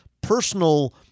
personal